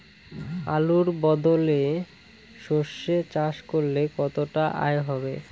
আলুর বদলে সরষে চাষ করলে কতটা আয় হবে?